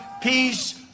peace